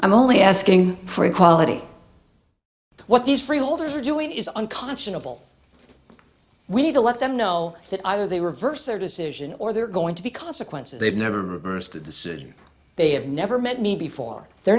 i'm only asking for equality what these freeholders are doing is unconscionable we need to let them know that either they reverse their decision or they're going to be consequences they've never had the city they have never met me before their